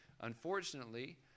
unfortunately